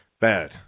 Bad